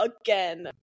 again